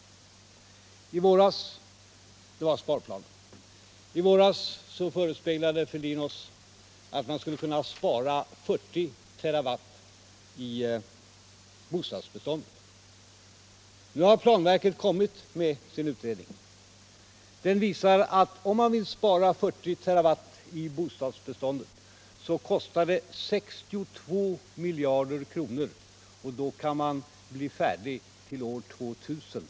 Det var sparplanen. I våras förespeglade Thorbjörn Fälldin oss att man skulle kunna spara 40 terawatt i bostadsbeståndet. Nu har planverket lagt fram sin utredning. Den visar att om man vill spara 40 terawatt i bostadsbeståndet, så kostar det 62 miljarder kronor, och man kan bli färdig till år 2000.